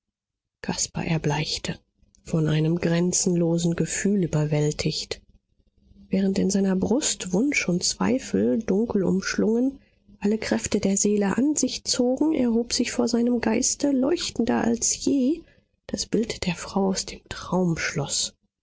caspar erbleichte von einem grenzenlosen gefühl überwältigt während in seiner brust wunsch und zweifel dunkel umschlungen alle kräfte der seele an sich zogen erhob sich vor seinem geiste leuchtender als je das bild der frau aus dem traumschloß